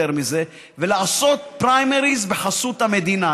מזה ולעשות פריימריז בחסות המדינה.